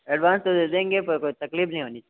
advance तो दे देंगे पर कोई तकलीफ नहीं होनी चाहिए